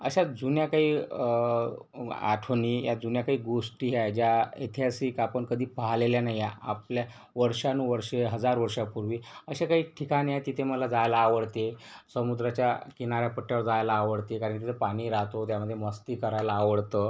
अशा जुन्या काही आठवणी या जुन्या काही गोष्टी ह्या ज्या ऐतिहासिक आपण कधी पाहिलेल्या नाही आहे आपल्या वर्षानुवर्षे हजार वर्षांपूर्वी अशा काही ठिकाणे आहेत तिथे मला जायला आवडते समुद्राच्या किनाऱ्यापट्ट्यावर जायला आवडते कारण तिथं पाणी राहतो त्यामध्ये मस्ती करायला आवडतं